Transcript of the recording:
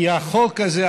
כי החוק הזה,